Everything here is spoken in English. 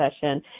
session